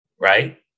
right